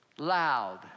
Loud